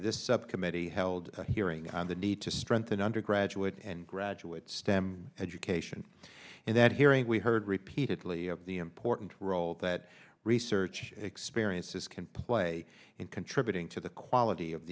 this subcommittee held a hearing on the need to strengthen undergraduate and graduate stem education and that hearing we heard repeatedly of the important role that research experiences can play in contributing to the quality of